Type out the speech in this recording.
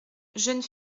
jeune